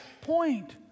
point